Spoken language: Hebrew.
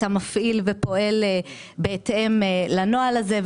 שאתה מפעיל ופועל בהתאם לנוהל הזה.